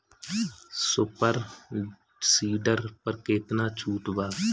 Super seeder पर केतना छूट बा?